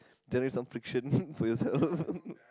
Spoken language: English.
generate some friction for yourself